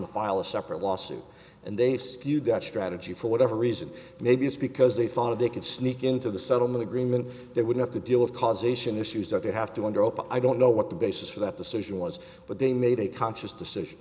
to file a separate lawsuit and they skewed that strategy for whatever reason maybe it's because they thought they could sneak into the settlement agreement they would have to deal with causation issues that they have to wonder i don't know what the basis for that decision was but they made a conscious decision